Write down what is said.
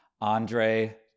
Andre